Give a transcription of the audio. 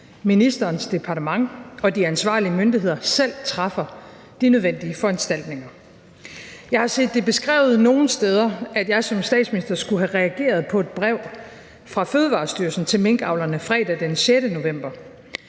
ministerens departement og de ansvarlige myndigheder selv træffer de nødvendige foranstaltninger. Jeg har set det beskrevet nogle steder, at jeg som statsminister skulle have reageret på et brev fra Fødevarestyrelsen til minkavlerne fredag den 6. november,